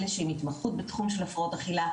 אלה שמתמחות בתחום של הפרעות אכילה,